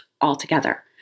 altogether